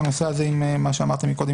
זה הנושא הזה שאמרתי מקודם,